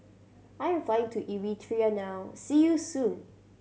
I'm flying to Eritrea now see you soon